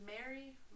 Mary